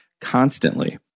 constantly